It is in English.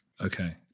Okay